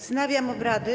Wznawiam obrady.